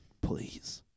please